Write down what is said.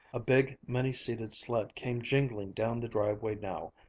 a big, many-seated sled came jingling down the driveway now,